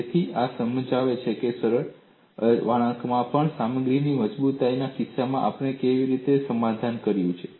તેથી આ સમજાવે છે સરળ વળાંકમાં પણ સામગ્રીની મજબૂતાઈના કિસ્સામાં આપણે કેવી રીતે સમાધાન કર્યું છે